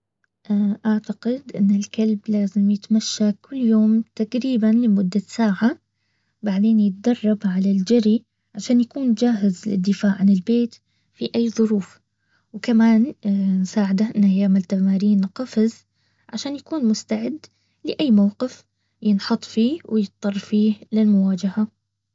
اعتقد ان الكلب لازم يتمشى كل يوم تقريبا لمدة ساعة بعدين يتدرب على الجري عشان يكون جاهز للدفاع عن البيت في اي ظروف وكمان نساعده انه يعمل تمارين للقفز عشان يكون مستعد لاي موقف ينحط ويضطر فيه للمواجهة